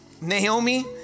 Naomi